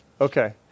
Okay